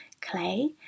clay